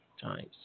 times